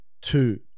two